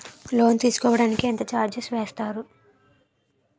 Loan తీసుకోడానికి ఎంత charges వేస్తారు?